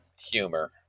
humor